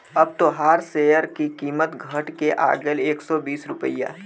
अब तोहार सेअर की कीमत घट के आ गएल एक सौ बीस रुपइया